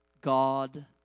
God